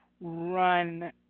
run